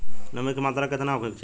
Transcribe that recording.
नमी के मात्रा केतना होखे के चाही?